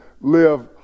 live